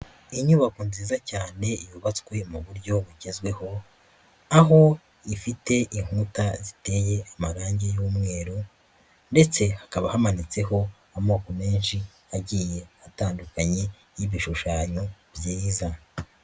Inyubako nziza cyane yubatswe mu buryo bugezweho, aho ifite inkuta ziteye amarangi y'umweru ndetse hakaba hamanitseho amoko menshi agiye atandukanye y'ibishushanyo byiza.